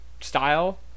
style